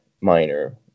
minor